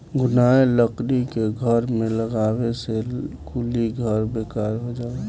घुनाएल लकड़ी के घर में लगावे से कुली घर बेकार हो जाला